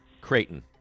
Creighton